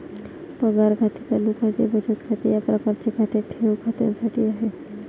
पगार खाते चालू खाते बचत खाते या प्रकारचे खाते ठेव खात्यासाठी आहे